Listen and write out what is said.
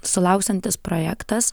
sulauksiantis projektas